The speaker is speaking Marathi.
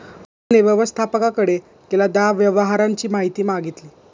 रोहितने व्यवस्थापकाकडे गेल्या दहा व्यवहारांची माहिती मागितली